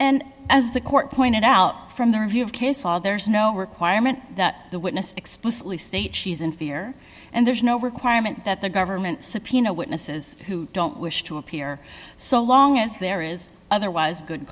and as the court pointed out from their view of case law there's no requirement that the witness explicitly state she's in fear and there's no requirement that the government subpoena witnesses who don't wish to appear so long as there is otherwise good